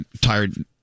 tired